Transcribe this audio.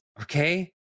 okay